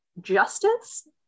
justice